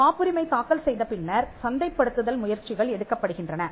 காப்புரிமை தாக்கல் செய்த பின்னர் சந்தைப்படுத்துதல் முயற்சிகள் எடுக்கப்படுகின்றன